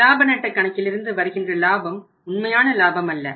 லாப நட்டக் கணக்கிலிருந்து வருகின்ற லாபம் உண்மையான லாபம் அல்ல